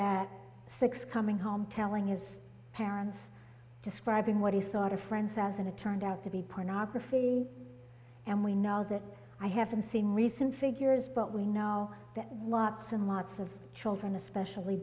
that six coming home telling his parents describing what he saw to friends as an attorney out to be pornography and we know that i haven't seen recent figures but we know that lots and lots of children especially